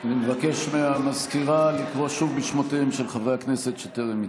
אני מבקש מהמזכירה לקרוא שוב בשמותיהם של חברי הכנסת שטרם הצביעו.